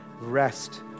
rest